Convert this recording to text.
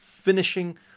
finishing